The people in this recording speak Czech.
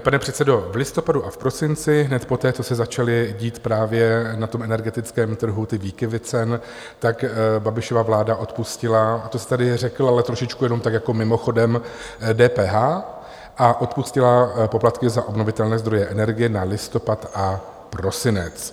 Pane předsedo, v listopadu a v prosinci hned poté, co se začaly dít právě na tom energetickém trhu ty výkyvy cen, tak Babišova vláda odpustila to jste tady řekl, ale trošičku jenom tak jako mimochodem DPH a odpustila poplatky za obnovitelné zdroje energie na listopad a prosinec.